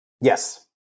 Yes